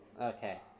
Okay